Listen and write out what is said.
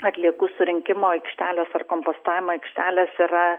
atliekų surinkimo aikštelės ar kompostavimo aikštelės yra